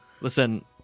listen